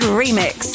remix